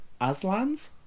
Aslans